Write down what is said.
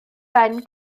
ben